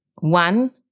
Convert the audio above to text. one